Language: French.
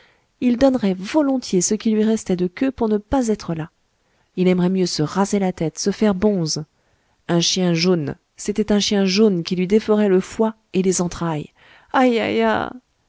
il donnerait volontiers ce qui lui restait de queue pour ne pas être là il aimerait mieux se raser la tête se faire bonze un chien jaune c'était un chien jaune qui lui dévorait le foie et les entrailles ai